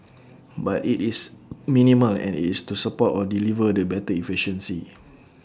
but IT is minimal and IT is to support or deliver the better efficiency